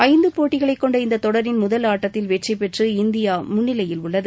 ஐந்து போட்டிகளை கொண்ட இந்த தொடரின் முதல் ஆட்டத்தில் வெற்றி பெற்று இந்தியா முன்னிலையில் உள்ளது